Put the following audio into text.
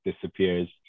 disappears